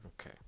Okay